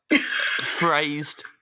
phrased